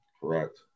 Correct